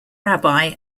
rabbi